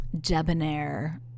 debonair